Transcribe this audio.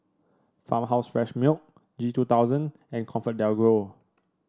Farmhouse Fresh Milk G two Thousand and Comfort DelGro